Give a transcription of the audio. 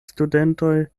studentoj